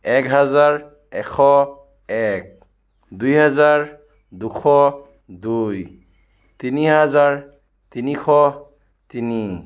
এক হাজাৰ এশ এক দুই হাজাৰ দুশ দুই তিনি হাজাৰ তিনিশ তিনি